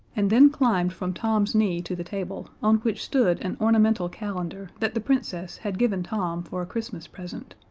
and then climbed from tom's knee to the table, on which stood an ornamental calendar that the princess had given tom for a christmas present.